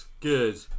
good